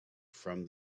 from